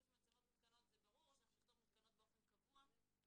במצלמות מותקנות או שנכתוב "באופן קבוע".